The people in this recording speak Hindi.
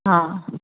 हाँ